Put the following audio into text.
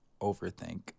overthink